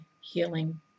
healing